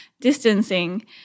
distancing